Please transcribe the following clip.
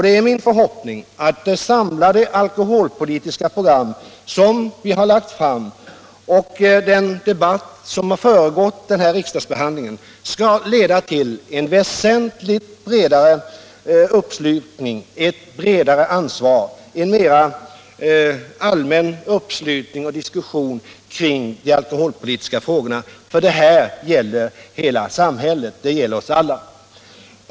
Det är min förhoppning att det samlade alkoholpolitiska program som redovisas här och den debatt som föregått riksdagsbehandlingen skall leda till ett väsentligt bredare ansvar, en mera allmän uppslutning kring de alkoholpolitiska frågorna. Dessa gäller nämligen hela samhället — de gäller oss alla.